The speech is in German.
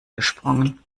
gesprungen